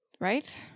Right